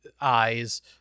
eyes